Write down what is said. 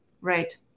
Right